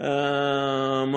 מאוד